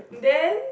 then